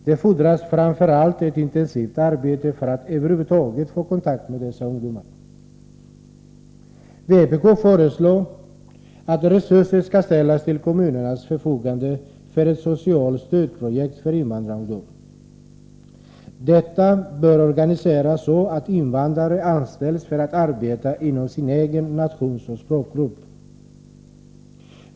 Det fordras framför allt ett intensivt arbete för att över huvud taget få kontakt med dessa ungdomar. Vpk föreslår att resurser skall ställas till kommunernas förfogande för ett socialt stödprojekt för invandrarungdom. Detta bör organiseras så, att invandrare anställs för att arbeta inom sin egen nationsoch språkgrupp.